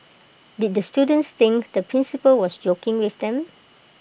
did the students think the principal was joking with them